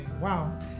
wow